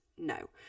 No